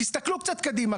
תסתכלו קצת קדימה,